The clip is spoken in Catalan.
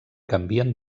canvien